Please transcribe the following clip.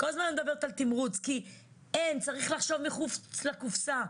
כי אין, צריך לחשוב מחוץ לקופסה.